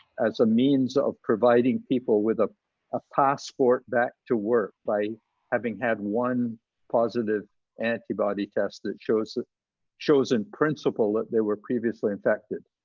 as a means of providing people with ah a passport back to work by having had one positive antibody test that shows that shows in principle that they were previously infected.